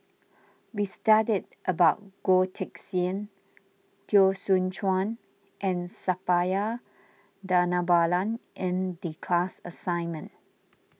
we studied about Goh Teck Sian Teo Soon Chuan and Suppiah Dhanabalan in the class assignment